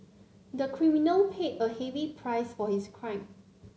the criminal paid a heavy price for his crime